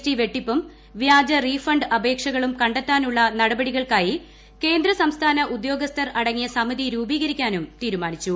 T വെട്ടിപ്പും വ്യാജ refund അപേക്ഷകളും കണ്ടെത്താനുള്ള നടപടികൾക്കായി കേന്ദ്ര സംസ്ഥാന ഉദ്യോഗസ്ഥർ അടങ്ങിയ സമിതി രൂപീകൃതിക്കാനും തീരുമാനിച്ചു